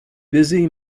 busy